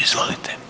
Izvolite.